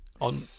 On